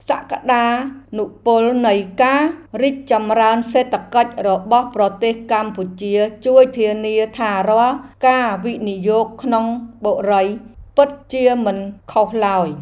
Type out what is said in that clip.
សក្តានុពលនៃការរីកចម្រើនសេដ្ឋកិច្ចរបស់ប្រទេសកម្ពុជាជួយធានាថារាល់ការវិនិយោគក្នុងបុរីពិតជាមិនខុសឡើយ។